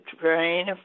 train